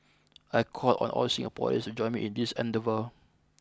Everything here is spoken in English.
I call on all Singaporeans to join me in this endeavour